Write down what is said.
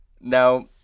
Now